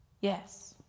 yes